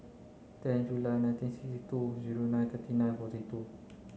ten July nineteen sixty two zero nine thirty nine forty two